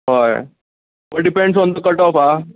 हय पूण depends on तुका कट ऑफ आं